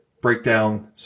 breakdown